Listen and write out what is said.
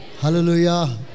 Hallelujah